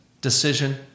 decision